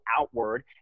outward